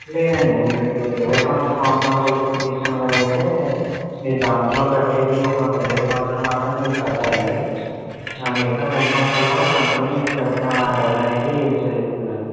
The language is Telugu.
లేదండి మీరు ఇప్పడు ఇరవై సంవత్సరాలు లాంగ్ టర్మ్ పాలసీని తీసుకునేలా అయితే మీరు దాంట్లో కట్టేది ఒక పదిహేడు సంవత్సరాలు మాత్రమే మీరు కడతారండి మిగతా మూడు సంవత్సరాలు కూడా కంపెనీయే మీ తరుపున డబ్బులు అనేది చెల్లిస్తుందండి